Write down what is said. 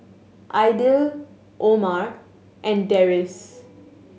Aidil Omar and Deris